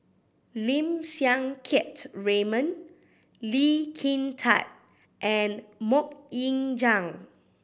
Lim Siang Keat Raymond Lee Kin Tat and Mok Ying Jang